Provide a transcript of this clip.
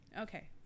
Okay